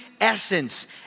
essence